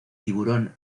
tiburón